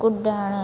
कुड॒णु